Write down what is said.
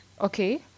Okay